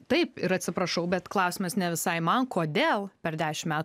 taip ir atsiprašau bet klausimas ne visai man kodėl per dešim metų